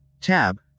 tab